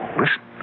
listen